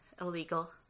illegal